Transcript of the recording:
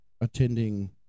attending